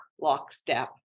lockstep